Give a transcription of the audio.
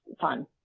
fun